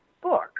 book